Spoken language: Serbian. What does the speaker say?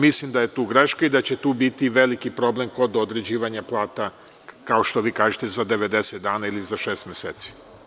Mislim da je tu greška i da će tu biti veliki problem kod određivanja plata, kao što vi kažete za 90 dana ili za šest meseci.